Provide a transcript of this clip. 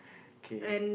kay